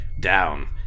down